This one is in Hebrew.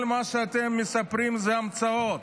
כל מה שאתם מספרים זה המצאות.